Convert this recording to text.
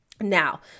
Now